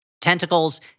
Tentacles